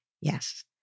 Yes